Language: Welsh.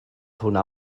hwnna